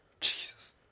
Jesus